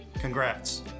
Congrats